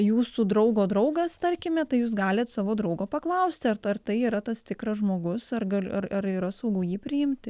jūsų draugo draugas tarkime tai jūs galit savo draugo paklausti ar tai yra tas tikras žmogus ar gal ar yra saugu jį priimti